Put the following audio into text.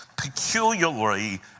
peculiarly